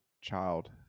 child